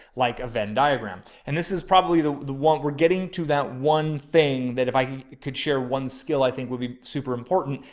like a venn diagram. and this is probably the the one we're getting to that. one thing that if i could share one skill, i think would be super important.